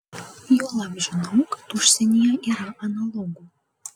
juolab žinau kad užsienyje yra analogų